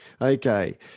Okay